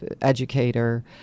educator